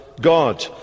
God